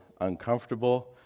uncomfortable